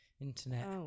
internet